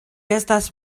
estas